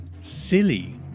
Silly